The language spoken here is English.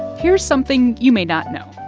here's something you may not know.